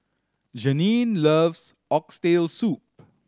Jeanine loves Oxtail Soup